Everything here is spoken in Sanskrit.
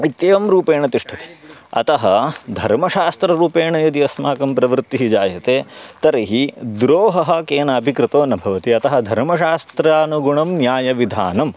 इत्येवं रूपेण तिष्ठति अतः धर्मशास्त्ररूपेण यदि अस्माकं प्रवृत्तिः जायते तर्हि द्रोहः केनापि कृतो न भवति अतः धर्मशास्त्रानुगुणं न्यायविधानम्